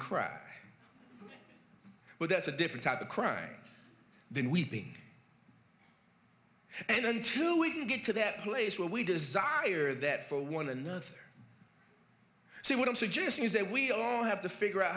well that's a different type of crime than weeping and until we can get to that place where we desire that for one another so what i'm suggesting is that we all have to figure out